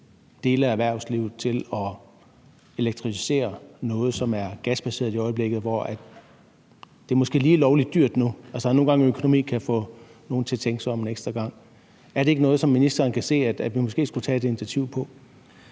dele af erhvervslivet til at elektrificere noget, som er gasbaseret i øjeblikket, og som måske er lige lovlig dyrt nu? Nogle gange kan økonomi få nogle til at tænke sig om en ekstra gang. Er det ikke noget, som ministeren kan se vi måske skulle tage et initiativ til?